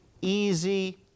easy